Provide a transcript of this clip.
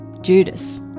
Judas